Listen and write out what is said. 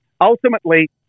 ultimately